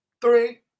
Three